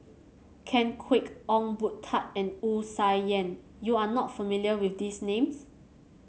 Ken Kwek Ong Boon Tat and Wu Tsai Yen you are not familiar with these names